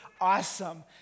awesome